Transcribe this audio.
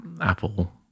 apple